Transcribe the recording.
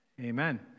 Amen